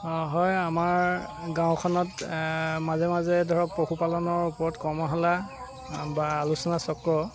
অ' হয় আমাৰ গাঁওখনত মাজে মাজে ধৰক পশুপালনৰ ওপৰত কৰ্মশালা বা আলোচনা চক্ৰ